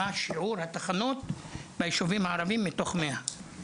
מה שיעור התחנות ביישובים הערביים מתוך 100?